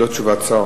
ללא תשובת שר.